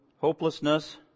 hopelessness